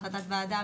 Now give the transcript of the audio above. החלטת ועודה,